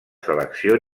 selecció